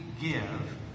give